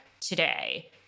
today